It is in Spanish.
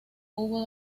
hubo